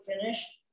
finished